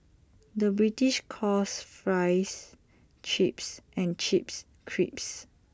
the British calls Fries Chips and Chips Crisps